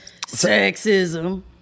sexism